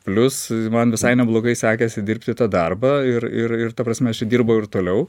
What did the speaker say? plius man visai neblogai sekėsi dirbti tą darbą ir ir ir ta prasme aš jį dirbau ir toliau